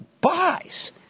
buys